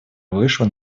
вышла